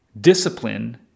discipline